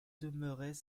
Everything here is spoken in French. demeurait